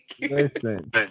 Listen